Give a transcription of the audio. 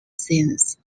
scenes